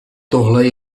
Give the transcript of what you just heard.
tohle